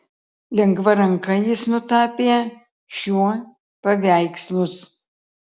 lengva ranka jis nutapė šiuo paveikslus